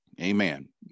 Amen